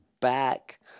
back